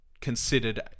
considered